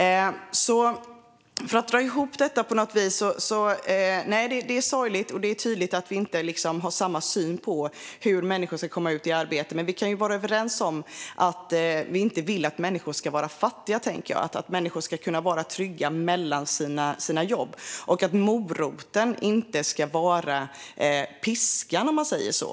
Det här är sorgligt, och det är tydligt att vi inte har samma syn på hur människor ska komma ut i arbete. Men vi kan vara överens om att vi inte vill att människor ska vara fattiga. Människor ska vara trygga mellan sina jobb. Moroten ska inte vara piskan, om man säger så.